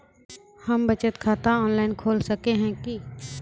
हम बचत खाता ऑनलाइन खोल सके है की?